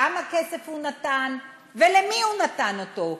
כמה כסף הוא נתן ולמי הוא נתן אותו,